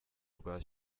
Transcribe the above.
rwa